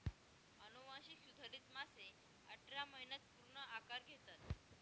अनुवांशिक सुधारित मासे अठरा महिन्यांत पूर्ण आकार घेतात